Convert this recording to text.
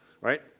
Right